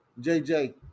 JJ